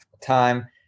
time